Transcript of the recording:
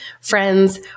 friends